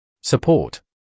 support